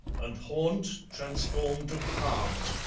and haunt transformed to harnt,